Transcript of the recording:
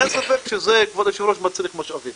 אין ספק שזה, כבוד היושב ראש, מצריך משאבים